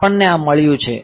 આપણને આ મળ્યું છે